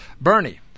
Bernie